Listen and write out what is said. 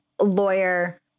lawyer